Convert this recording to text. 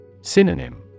Synonym